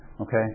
Okay